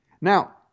Now